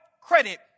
credit